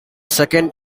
second